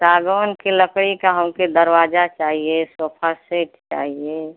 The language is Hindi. सागवान के लकड़ी का हमके दरवाजा चाहिए सोफ़ा सेट चाहिए